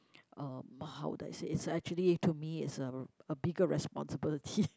um how do I say is actually to me is a a bigger responsibility